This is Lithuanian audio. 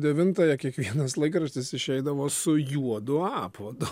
devintąją kiekvienas laikraštis išeidavo su juodu apvadu